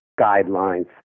guidelines